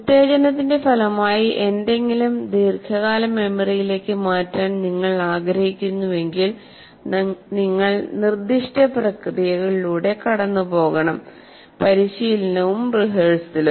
ഉത്തേജനത്തിന്റെ ഫലമായി എന്തെങ്കിലും ദീർഘകാല മെമ്മറിയിലേക്ക് മാറ്റാൻ നിങ്ങൾ ആഗ്രഹിക്കുന്നുവെങ്കിൽ നിങ്ങൾ നിർദ്ദിഷ്ട പ്രക്രിയകളിലൂടെ കടന്നുപോകണം പരിശീലനവും റിഹേഴ്സലും